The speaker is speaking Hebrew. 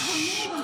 די --- גם